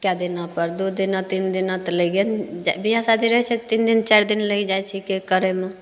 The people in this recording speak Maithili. कए दिनापर दू दिना तीन दिना तऽ लैगय ने बियाह शादी रहय छै तऽ तीन दिन चारि दिन लागि जाइ छै के करयमे